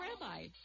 rabbi